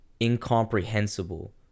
incomprehensible